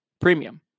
premium